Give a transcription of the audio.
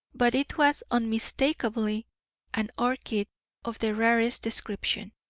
but it was unmistakably an orchid of the rarest description.